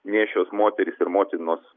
nėščios moterys ir motinos